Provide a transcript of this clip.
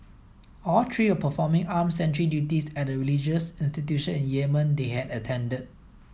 all three are performing arm sentry duties at a religious institution in Yemen they had attended